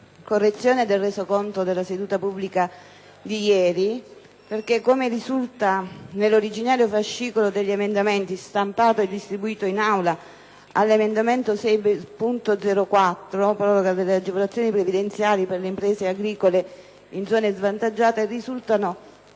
correzione del resoconto della seduta pubblica di ieri, perché, come risulta nell'originario fascicolo degli emendamenti, stampato e distribuito in Aula, all'emendamento 6.0.4, recante proroga di agevolazioni previdenziali per le imprese agricole in zone svantaggiate, risultano